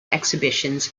exhibitions